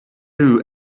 you